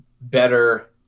better